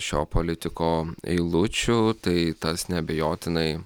šio politiko eilučių tai tas neabejotinai